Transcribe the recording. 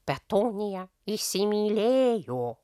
petunija įsimylėjo